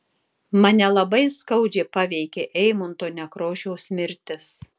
mane labai skaudžiai paveikė eimunto nekrošiaus mirtis